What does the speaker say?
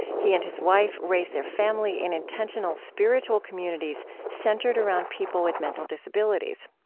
he and his wife raised their family in intentional spiritual communities centered around people with mental disabilities.